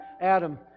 Adam